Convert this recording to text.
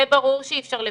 זה ברור שאי אפשר לוותר,